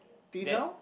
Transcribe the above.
till now